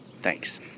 Thanks